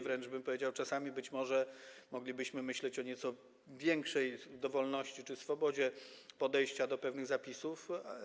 Wręcz, bym powiedział, czasami moglibyśmy myśleć o nieco większej dowolności czy swobodzie podejścia do pewnych zapisów.